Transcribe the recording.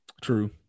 True